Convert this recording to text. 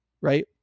Right